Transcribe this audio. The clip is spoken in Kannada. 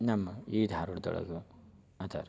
ನಮ್ಮ ಈ ಧಾರವಾಡದೊಳಗೆ ಅದಾರ